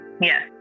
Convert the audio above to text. Yes